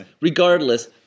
regardless